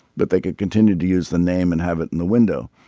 but they could continue to use the name and have it in the window.